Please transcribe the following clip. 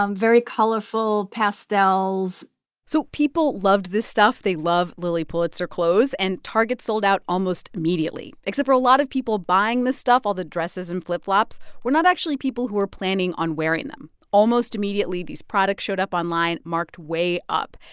um very colorful, pastels so people loved this stuff. they love lilly pulitzer clothes. and target sold out almost immediately, except for a lot of people buying the stuff all the dresses and flip-flops were not actually people who were planning on wearing them. almost immediately, these products showed up online marked way up,